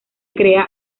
crea